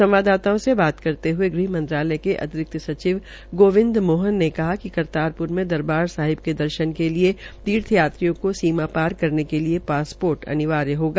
संवाददाता से बात करते हये गृहमंत्रालय के अतिरिक्त सचिव गोविंद मोहन ने कहा कि करतार में दरबार साहिब के दर्शन के लिए तीर्थयात्रियों की सीमा पार कने के लिए अनिवार्य होगा